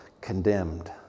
condemned